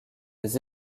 des